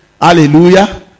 hallelujah